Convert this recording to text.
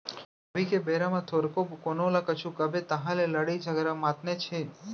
अभी के बेरा म थोरको कोनो ल कुछु कबे तहाँ ले लड़ई झगरा मातनेच हे